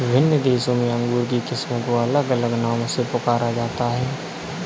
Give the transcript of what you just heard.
विभिन्न देशों में अंगूर की किस्मों को अलग अलग नामों से पुकारा जाता है